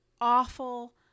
awful